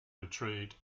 retreat